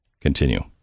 Continue